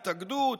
התאגדות.